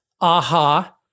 Aha